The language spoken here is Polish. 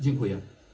Dziękuję.